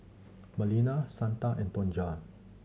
Melina Santa and Tonja